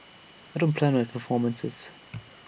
I don't plan my performances